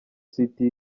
city